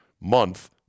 month